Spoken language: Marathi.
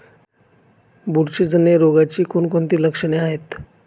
बुरशीजन्य रोगाची कोणकोणती लक्षणे आहेत?